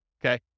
okay